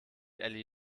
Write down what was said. elli